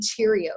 Cheerios